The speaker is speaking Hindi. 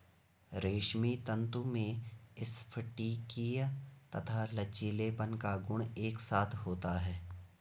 रेशमी तंतु में स्फटिकीय तथा लचीलेपन का गुण एक साथ होता है